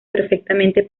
perfectamente